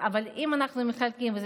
אבל אם אנחנו מחלקים את זה,